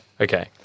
Okay